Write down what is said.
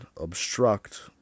obstruct